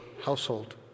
household